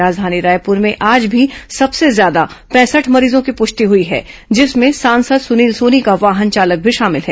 राजधानी रायपुर में आज भी सबसे ज्यादा पैंसठ मरीजों की पुष्टि हुई है जिसमें सांसद सुनील सोनी का वाहन चालक भी शामिल है